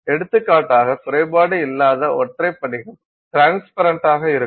எடுத்துக்காட்டாக குறைபாடு இல்லாத ஒற்றை படிகம் ட்ரான்ஸ்பரன்டானதாக இருக்கும்